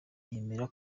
yemera